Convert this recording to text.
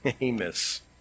Amos